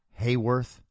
hayworth